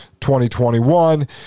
2021